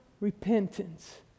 repentance